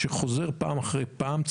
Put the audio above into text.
שחוזר פעם אחרי פעם,